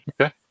Okay